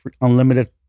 unlimited